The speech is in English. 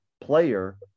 player